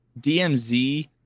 dmz